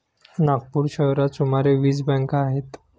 नागपूर शहरात सुमारे वीस बँका आहेत